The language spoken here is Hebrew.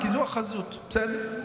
מעניין למה, כי זו החזות, בסדר.